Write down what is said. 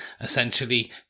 essentially